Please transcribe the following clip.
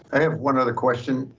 i have one other question.